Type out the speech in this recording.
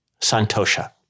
santosha